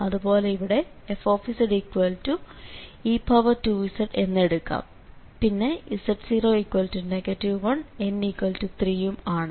അതുപോലെ ഇവിടെ fze2z എന്ന് എടുക്കാം പിന്നെ z0 1 n3 യും ആണ്